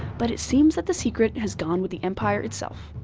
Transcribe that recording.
but it seems that the secret has gone with the empire itself.